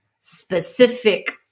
specific